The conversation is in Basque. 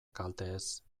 kalteez